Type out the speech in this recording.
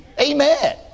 Amen